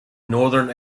northern